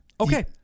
Okay